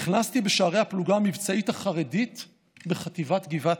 נכנסתי בשערי הפלוגה המבצעית החרדית בחטיבת גבעתי,